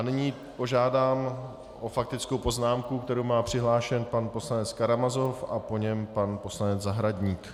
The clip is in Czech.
Nyní požádám o faktickou poznámku, kterou má přihlášen pan poslanec Karamazov a po něm pan poslanec Zahradník.